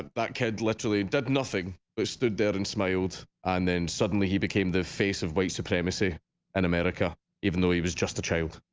that kid literally did nothing i stood there and smiled and then suddenly he became the face of ways to play i'ma see an america even though he was just a child.